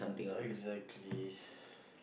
exactly